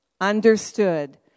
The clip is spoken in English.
understood